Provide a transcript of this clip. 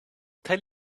tell